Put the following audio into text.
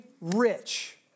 rich